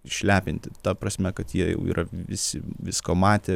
išlepinti ta prasme kad jie jau yra visi visko matę